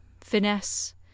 finesse